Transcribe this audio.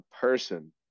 person